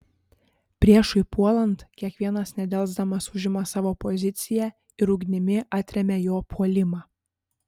priešui puolant kiekvienas nedelsdamas užima savo poziciją ir ugnimi atremia jo puolimą